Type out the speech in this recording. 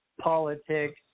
politics